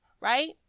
right